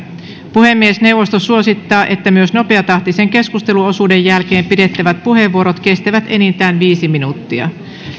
puhemiesneuvosto suosittaa että myös nopeatahtisen keskusteluosuuden jälkeen pidettävät puheenvuorot kestävät enintään viisi minuuttia